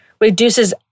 reduces